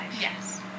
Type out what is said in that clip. Yes